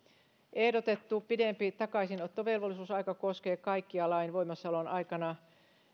ehdotettu pidempi takaisinottovelvollisuusaika koskee kaikkia lain voimassaolon aikana